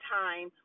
time